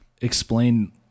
explain